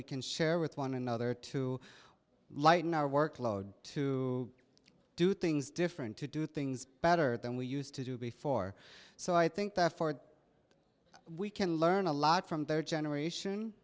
we can share with one another to lighten our workload to do things different to do things better than we used to do before so i think that for we can learn a lot from their generation